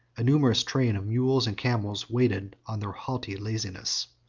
a numerous train of mules and camels waited on their haughty laziness.